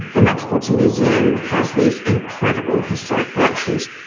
the metropolitan museum has these incredible historic collections.